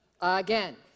Again